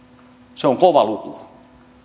se on kova luku